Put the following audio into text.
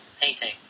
painting